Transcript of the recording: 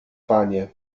panie